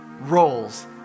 roles